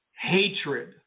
hatred